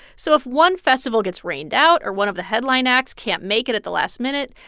so if one festival gets rained out or one of the headline acts can't make it at the last minute,